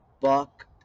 buck